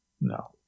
no